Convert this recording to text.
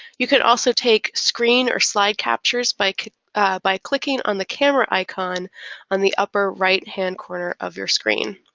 you can also take screen or slide captures by like by clicking on the camera icon on the upper right-hand corner of your screen.